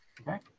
Okay